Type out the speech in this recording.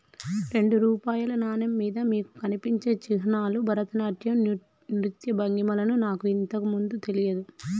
రెండు రూపాయల నాణెం మీద మీకు కనిపించే చిహ్నాలు భరతనాట్యం నృత్య భంగిమలని నాకు ఇంతకు ముందు తెలియదు